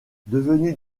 devenu